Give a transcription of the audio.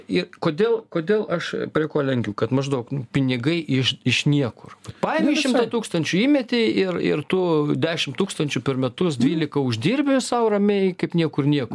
ir kodėl kodėl aš prie ko lenkiu kad maždaug pinigai iš iš niekur paėmei šimtą tūkstančių įmetei ir ir tu dešimt tūkstančių per metus dvylika uždirbi sau ramiai kaip niekur nieko